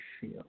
feel